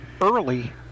early